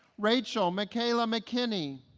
raychel michaela mckinney